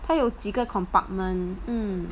他有几个 compartment